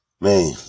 Man